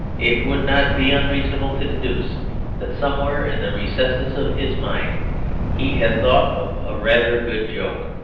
it would not be unreasonable to deduce that somewhere in the recesses of his mind he had thought of a rather good joke.